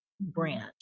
branch